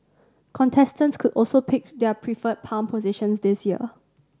contestants could also pick their preferred palm positions this year